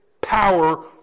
power